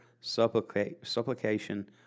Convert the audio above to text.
supplication